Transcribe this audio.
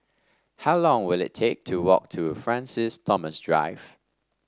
how long will it take to walk to Francis Thomas Drive